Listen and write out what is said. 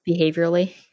behaviorally